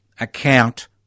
account